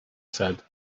said